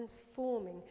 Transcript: transforming